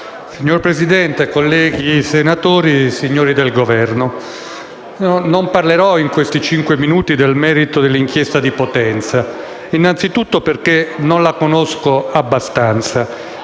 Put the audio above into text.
Signor Presidente, colleghi senatori, signori del Governo, non parlerò in questi cinque minuti del merito dell'inchiesta di Potenza. Innanzitutto perché non la conosco abbastanza,